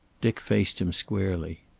dick faced him squarely.